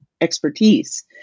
expertise